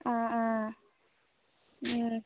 অঁ অঁ